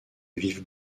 vivent